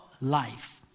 life